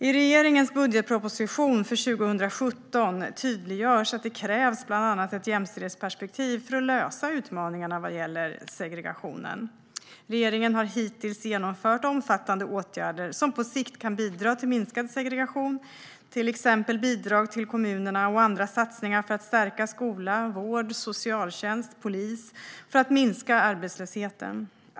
I regeringens budgetproposition för 2017 tydliggörs att det krävs bland annat ett jämställdhetsperspektiv för att lösa utmaningarna vad gäller segregationen. Regeringen har hittills genomfört omfattande åtgärder som på sikt kan bidra till minskad segregation, såsom bidrag till kommunerna och andra satsningar för att stärka skola, vård, socialtjänst och polis och för att minska arbetslösheten.